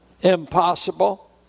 Impossible